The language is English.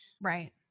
Right